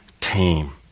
team